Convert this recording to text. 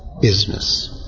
business